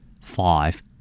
Five